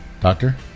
Doctor